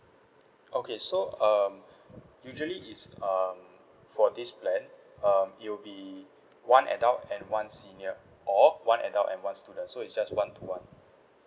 okay so um usually is um for this plan um it will be one adult and one senior or one adult and one student so it's just one to one